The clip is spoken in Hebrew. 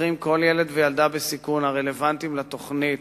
מאתרים כל ילד וילדה בסיכון הרלוונטיים לתוכנית